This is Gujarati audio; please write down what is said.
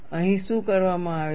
અહીં શું કરવામાં આવે છે